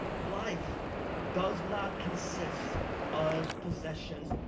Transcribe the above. life does not consist of possessions.